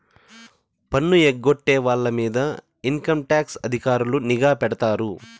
పన్ను ఎగ్గొట్టే వాళ్ళ మీద ఇన్కంటాక్స్ అధికారులు నిఘా పెడతారు